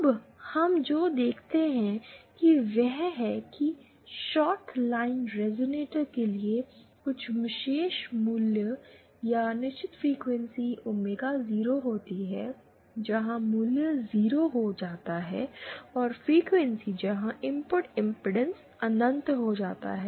अब हम जो देखते हैं वह यह है कि शॉर्ट लाइन रेज़ोनेटर के लिए कुछ विशेष मूल्य या निश्चित फ्रीक्वेंसी ओमेगा 0 होती हैं जहाँ मूल्य 0 हो जाता है और कुछ फ्रीक्वेंसी जहाँ इनपुट इंपेडेंस अनंत हो जाती है